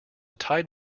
tide